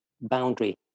boundary